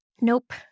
Nope